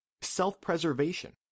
Self-preservation